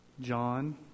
John